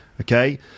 Okay